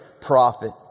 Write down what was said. prophet